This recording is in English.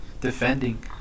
defending